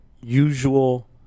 usual